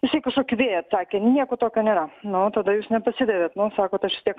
jisai kažkokį vėją atsakė nieko tokio nėra nu tada jūs nepasidavėt nu sakot aš vis tiek